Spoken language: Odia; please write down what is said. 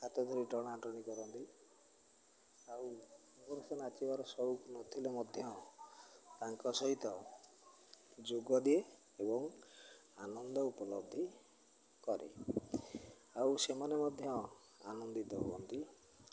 ହାତ ଧରି ଟଣାଟଣି କରନ୍ତି ଆଉ ମୋର ସେ ନାଚିବାର ସଉକ ନଥିଲେ ମଧ୍ୟ ତାଙ୍କ ସହିତ ଯୋଗ ଦିଏ ଏବଂ ଆନନ୍ଦ ଉପଲବ୍ଧି କରେ ଆଉ ସେମାନେ ମଧ୍ୟ ଆନନ୍ଦିତ ହୁଅନ୍ତି